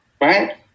right